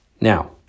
Now